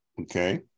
Okay